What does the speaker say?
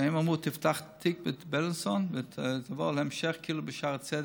שאמרו: תפתח את התיק בבילינסון ותבוא להמשך לשערי צדק,